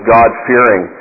God-fearing